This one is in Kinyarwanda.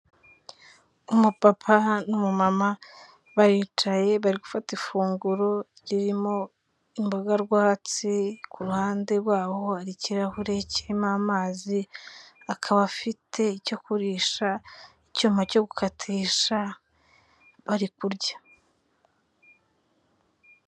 Umupapa n'umumama baricaye bari gufata ifunguro ririmo imboga rwatsi, ku ruhande rwaho hari ikirahure kirimo amazi akaba afite icyo kurisha icyuma cyo gukatisha bari kurya.